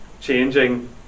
changing